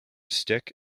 stick